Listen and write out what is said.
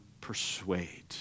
persuade